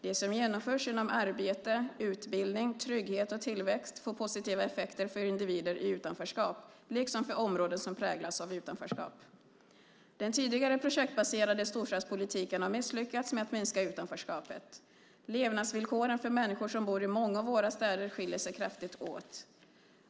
Det som genomförs inom arbete, utbildning, trygghet och tillväxt får positiva effekter för individer i utanförskap, liksom för områden som präglas av utanförskap. Den tidigare projektbaserade storstadspolitiken har misslyckats med att minska utanförskapet. Levnadsvillkoren för människor som bor i många av våra städer skiljer sig kraftigt åt.